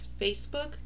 Facebook